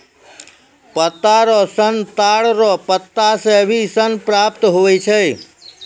पत्ता रो सन ताड़ रो पत्ता से भी सन प्राप्त हुवै छै